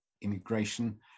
immigration